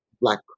black